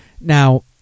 Now